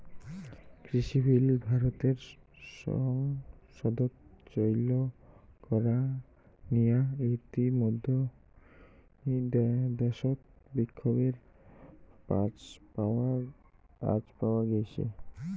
কৃষিবিল ভারতর সংসদত চৈল করা নিয়া ইতিমইধ্যে দ্যাশত বিক্ষোভের আঁচ পাওয়া গেইছে